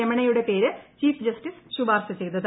രമണ്ണയുടെ പേര് chief justice ശുപാർശ ചെയ്തത്